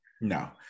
no